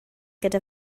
gyda